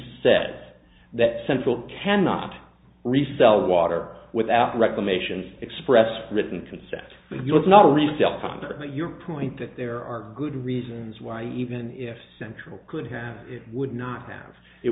said that central cannot resell water without reclamation express written consent and you know it's not a resale time but your point that there are good reasons why even if central could have it would not have it